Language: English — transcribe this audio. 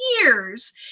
years